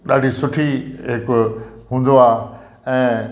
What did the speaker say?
ॾाढी सुठी हिकु हूंदो आहे ऐं